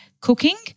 Cooking